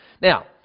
Now